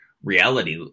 reality